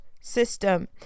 system